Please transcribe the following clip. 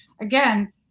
again